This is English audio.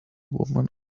woman